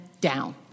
down